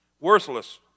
worthless